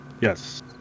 yes